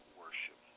worship